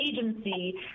agency